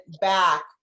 back